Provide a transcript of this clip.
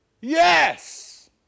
Yes